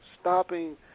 stopping